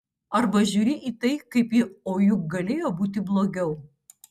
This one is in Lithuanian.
arba žiūri į tai kaip į o juk galėjo būti blogiau